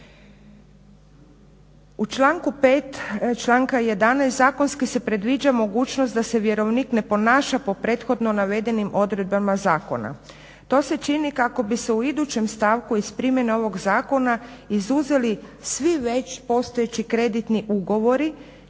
5. članka 11. zakonski se predviđa mogućnost da se vjerovnik ne ponaša po prethodno navedenim odredbama zakona. To se čini kako bi se u idućem stavku iz primjene ovog zakona izuzeli svi već postojeći kreditni ugovori